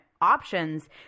options